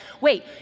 wait